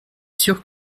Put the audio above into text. sûr